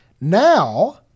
Now